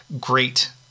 great